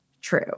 true